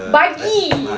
buggy